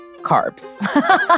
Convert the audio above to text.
carbs